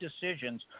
decisions